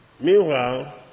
Meanwhile